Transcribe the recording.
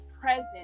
present